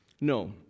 No